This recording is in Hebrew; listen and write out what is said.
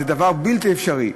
זה בלתי אפשרי.